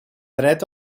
dret